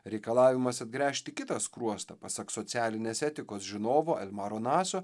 reikalavimas atgręžti kitą skruostą pasak socialinės etikos žinovo maronaso